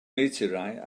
meteorite